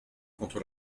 contre